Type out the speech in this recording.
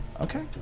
okay